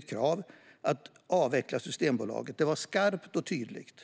kravet att avveckla Systembolaget skarpt och tydligt.